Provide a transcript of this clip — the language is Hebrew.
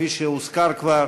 כפי שהוזכר כבר,